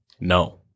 no